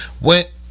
Went